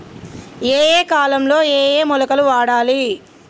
ఏయే కాలంలో ఏయే మొలకలు వాడాలి?